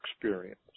experience